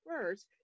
first